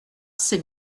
c’est